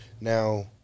Now